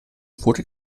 wurde